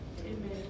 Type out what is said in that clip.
Amen